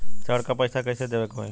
ऋण का पैसा कइसे देवे के होई हमके?